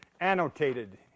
annotated